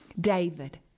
David